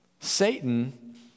Satan